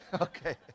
Okay